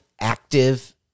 active